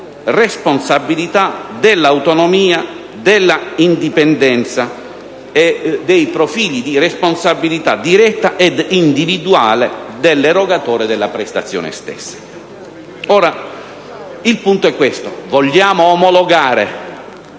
responsabilità, dell'autonomia, della indipendenza e dei profili di responsabilità diretta ed individuale dell'erogatore della prestazione stessa. Il punto è questo: vogliamo omologare